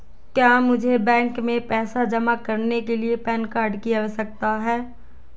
क्या मुझे बैंक में पैसा जमा करने के लिए पैन कार्ड की आवश्यकता है?